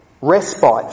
respite